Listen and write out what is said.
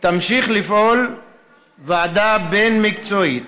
תמשיך לפעול ועדה בין-מקצועית